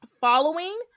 Following